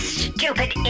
stupid